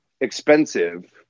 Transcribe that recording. expensive